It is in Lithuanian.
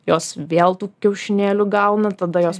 jos vėl tų kiaušinėlių gauna tada jos